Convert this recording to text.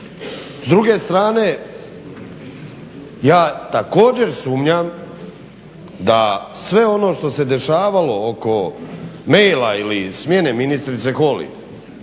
S druge strane ja također sumnjam da sve ono što se dešavalo oko maila ili smjene ministrice Holy